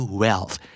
wealth